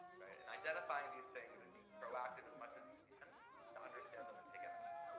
and identifying these things and being proactive as much as you can to understand them and take action.